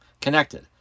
connected